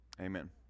Amen